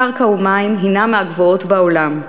קרקע ומים הנה מהגבוהות בעולם.